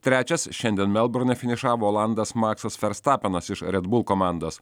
trečias šiandien melburne finišavo olandas maksas verstapenas iš red bull komandos